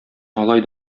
алай